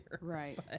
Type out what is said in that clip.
right